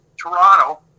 Toronto